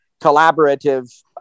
collaborative